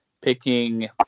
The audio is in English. picking